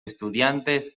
estudiantes